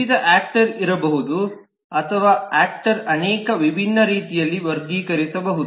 ವಿವಿಧ ಯಾಕ್ಟರ್ ಇರಬಹುದು ಅಥವಾ ಯಾಕ್ಟರ್ನ್ನು ಅನೇಕ ವಿಭಿನ್ನ ರೀತಿಯಲ್ಲಿ ವರ್ಗೀಕರಿಸಬಹುದು